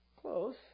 Close